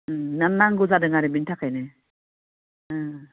नांगौ जादों आरो आरो बेनि थाखायनो